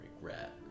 regret